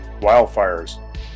Wildfires